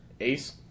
Ace